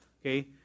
Okay